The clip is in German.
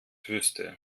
wüsste